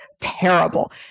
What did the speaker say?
terrible